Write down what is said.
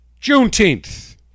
Juneteenth